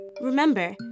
Remember